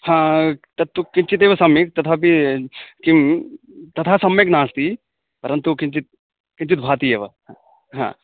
हा तत्तु किञ्चिदेव सम्यक् तथापि किं तथा सम्यक् नास्ति परन्तु किञ्चित् किञ्चित् भाति एव हा